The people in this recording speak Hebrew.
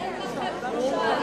אין לכם בושה.